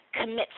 commit